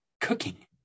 cooking